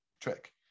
trick